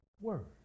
word